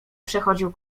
przechodził